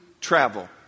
travel